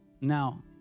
now